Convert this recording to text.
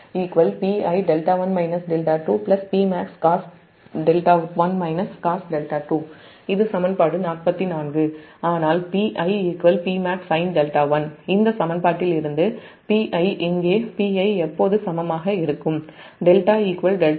ஆனால் Pi Pmax sin δ1இந்த சமன்பாட்டிலிருந்து Pi இங்கே Piஎப்போது சமமாக இருக்கும்δδ1Pi Pmax sin δ1சமமாக ஆக இருக்கும்